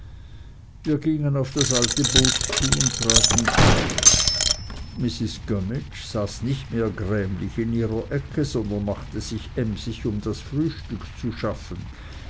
wir gingen auf das alte boot zu und traten ein mrs gummidge saß nicht mehr grämlich in ihrer ecke sondern machte sich emsig um das frühstück zu schaffen